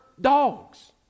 dogs